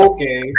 Okay